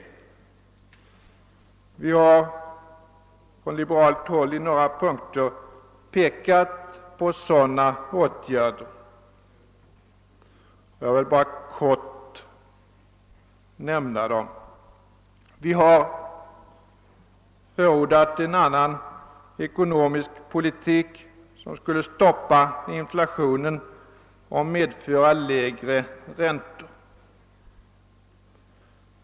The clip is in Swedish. Från liberalt håll har vi i några punkter pekat på sådana åtgärder, som jag här kort vill nämna. Vi har förordat en annan ekonomisk politik som stoppar inflationen och medför lägre räntor.